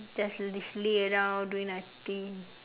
just just lay around doing nothing